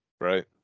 right